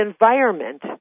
environment